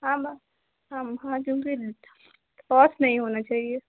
हाँ म हम हाँ क्योंकि लोस नहीं होना चाहिए